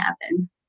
happen